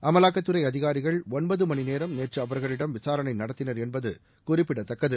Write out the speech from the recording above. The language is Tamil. அமலாக்கத்துறை அதிகாரிகள் ஒன்பது மணி நேரம் நேற்று அவர்களிடம் விசாரணை நடத்தினர் என்பது குறிப்பிடத்தக்கது